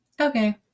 Okay